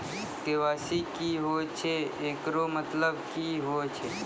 KYC की होय छै, एकरो मतलब की होय छै?